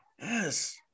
Yes